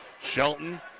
Shelton